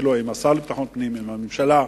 יחד עם השר לביטחון פנים ועם הממשלה,